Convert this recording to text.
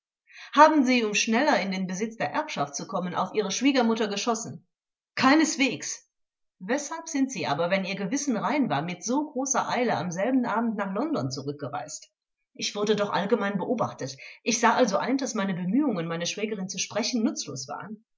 haben sie um schneller in den besitz der erbschaft zu kommen auf ihre schwiegermutter geschossen angekl keineswegs vors weshalb sind sie aber wenn ihr gewissen rein war mit so großer eile am selben abend nach london zurückgereist angekl ich wurde doch allgemein beobachtet ich sah also ein daß meine bemühungen meine schwägerin zu sprechen nutzlos waren